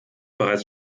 bereits